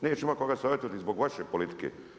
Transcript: Nećete imati koga savjetovati zbog vaše politike.